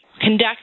conduct